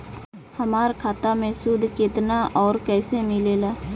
हमार खाता मे सूद केतना आउर कैसे मिलेला?